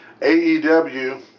AEW